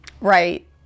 right